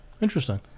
Interesting